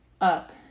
up